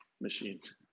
machines